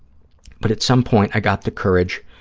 but at some point, i got the courage